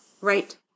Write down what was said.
Right